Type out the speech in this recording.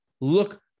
look